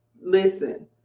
listen